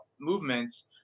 movements